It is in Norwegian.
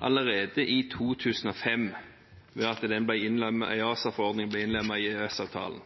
allerede i 2005, ved at EASA-forordningen ble innlemmet i EØS-avtalen.